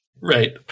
Right